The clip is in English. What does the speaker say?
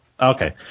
Okay